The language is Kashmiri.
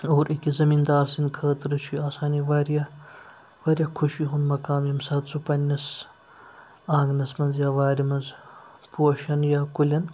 اور أکِس زٔمیٖندار سٕنٛدِ خٲطرٕ چھُ آسان یہِ وارِیاہ وارِیاہ خوشی ہُنٛد مقام ییٚمہِ ساتہٕ سُہ پَنٛنِس آنٛگنَس منٛز یا وارِ منٛز پوشَن یا کُلٮ۪ن